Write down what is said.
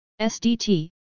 SDT